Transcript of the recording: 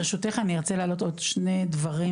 ברשותך אני ארצה להעלות עוד שני דברים